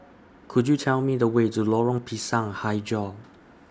Could YOU Tell Me The Way to Lorong Pisang Hijau